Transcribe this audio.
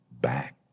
back